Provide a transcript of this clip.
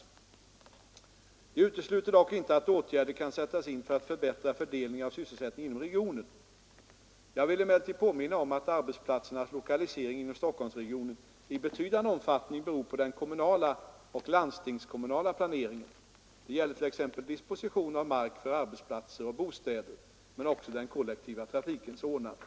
Detta utesluter dock inte att åtgärder kan sättas in för att förbättra fördelningen av sysselsättningen inom regionen. Jag vill emellertid påminna om att arbetsplatsernas lokalisering inom Stockholmsregionen i betydande omfattning beror på den kommunala och landstingskommunala planeringen. Det gäller t.ex. disposition av mark för arbetsplatser och bostäder men också den kollektiva trafikens ordnande.